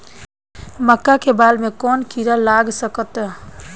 मका के बाल में कवन किड़ा लाग सकता?